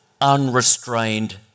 unrestrained